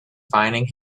finding